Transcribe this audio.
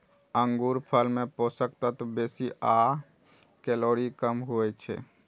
अंगूरफल मे पोषक तत्व बेसी आ कैलोरी कम होइ छै